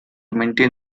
maintain